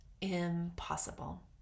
impossible